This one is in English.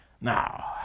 Now